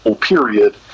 period